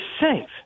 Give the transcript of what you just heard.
safe